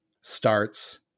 starts